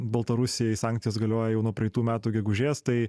baltarusijai sankcijos galioja jau nuo praeitų metų gegužės tai